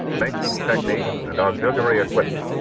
maintenance techniques, and auxiliary equipment.